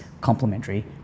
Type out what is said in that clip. complementary